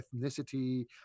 ethnicity